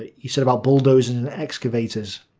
you said about bulldozing and excavators.